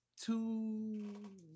Two